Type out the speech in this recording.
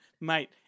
Mate